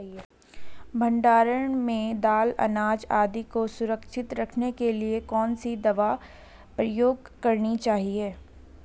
भण्डारण में दाल अनाज आदि को सुरक्षित रखने के लिए कौन सी दवा प्रयोग करनी चाहिए?